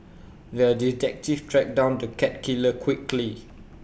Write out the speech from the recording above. the detective tracked down the cat killer quickly